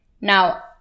Now